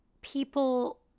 people